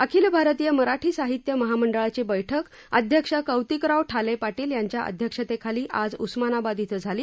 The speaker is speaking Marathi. अखिल भारतीय मराठी साहित्य महामंडळाची बैठक अध्यक्ष कौतिकराव ठाले पाटील यांच्या अध्यक्षतेखाली आज उस्मानाबाद इथं झाली